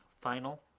final